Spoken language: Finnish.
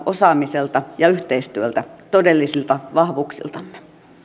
osaamiselta ja yhteistyöltä todellisilta vahvuuksiltamme